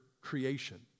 creation